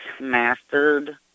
mastered